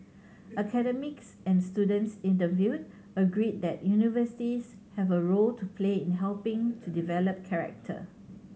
academics and students interviewed agreed that universities have a role to play in helping to develop character